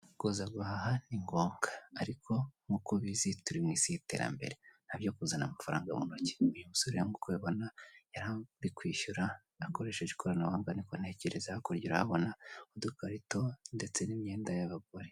Kuza guhaha ni ngombwa ariko nk'uko ubizi turi mu Isi y'iterambere ntabyo kuzana amafaranga mu ntoki, uyu musore rero nk'uko ubibona yarari kwishyura akoresheje ikoranabuhanga niko ntekereza hakurya urahabona udukarito ndetse n'imyenda y'abagore.